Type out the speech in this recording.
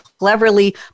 cleverly